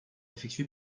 effectué